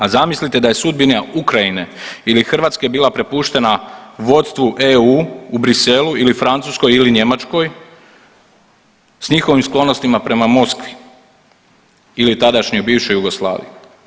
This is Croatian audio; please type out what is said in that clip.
A zamislite da je sudbina Ukrajine ili Hrvatske bila prepuštena vodstvu EU u Bruxellesu ili Francuskoj ili Njemačkoj s njihovim sklonostima prema Moskvi ili tadašnjoj bivšoj Jugoslaviji.